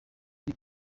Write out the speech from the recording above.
ari